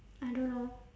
I don't know